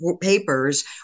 papers